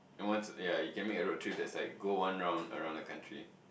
and once ya you can make a road trip that's like go one round around the country